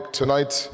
tonight